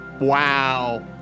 Wow